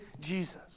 Jesus